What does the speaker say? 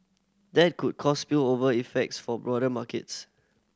that could cause spillover effects for broader markets